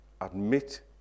admit